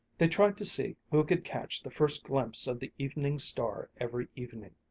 they tried to see who could catch the first glimpse of the evening star every evening.